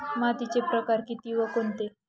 मातीचे प्रकार किती व कोणते?